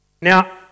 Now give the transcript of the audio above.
Now